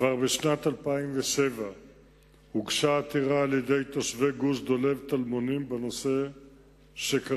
כבר בשנת 2007 הוגשה עתירה על-ידי גוש-דולב טלמונים בנושא הנ"ל.